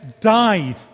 died